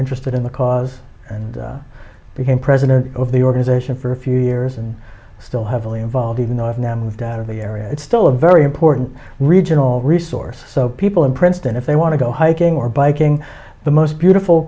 interested in the cause and i became president of the organization for a few years and still heavily involved even though it's now moved out of the area it's still a very important regional resource so people in princeton if they want to go hiking or biking the most beautiful